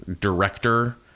director